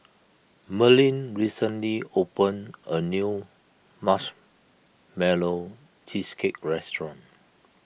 Merlene recently opened a new Marshmallow Cheesecake restaurant